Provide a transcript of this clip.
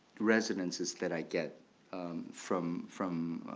resonances that i get from from